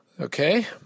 Okay